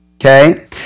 Okay